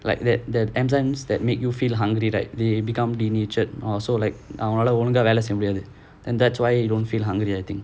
like that that enzymes that make you feel hungry right they become the denatured or so like அவங்களால ஒழுங்கா வேல செய்ய முடியாது:avangalaala olunga vela seiya mudiyaathu and that's why you don't feel hungry already